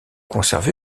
conservé